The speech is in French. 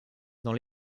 dans